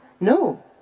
No